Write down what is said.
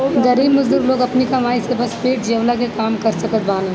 गरीब मजदूर लोग अपनी कमाई से बस पेट जियवला के काम कअ सकत बानअ